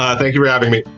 ah thank you for having me.